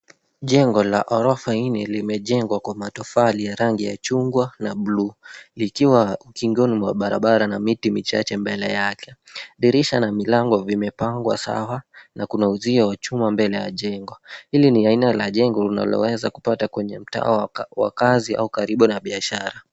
Jengo la ghorofa nne limejengwa kwa matofali ya rangi ya chungwa na buluu likiwa kingoni mwa barabara na miti michache mbele yake. Dirisha na milango vimepangwa sawa na kuna uzio wa chuma mbele ya jengo. Hili ni aina la jengo unaloweza kupata kwenye mtaa wa kazi au karibu na biashara.